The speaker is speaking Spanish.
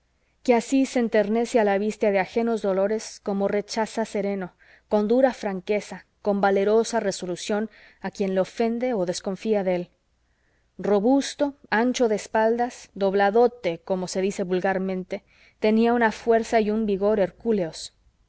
que así se enternece a la vista de ajenos dolores como rechaza sereno con dura franqueza con valerosa resolución a quien le ofende o desconfía de él robusto ancho de espaldas dobladote como se dice vulgarmente tenía una fuerza y un vigor hercúleos